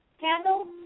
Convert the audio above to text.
handle